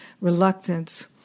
reluctance